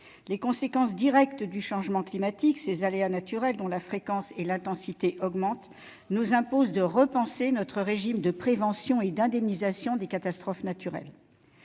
Les conséquences directes du changement climatique, ces aléas naturels dont la fréquence et l'intensité augmentent, nous imposent de repenser notre régime de prévention et d'indemnisation des catastrophes naturelles.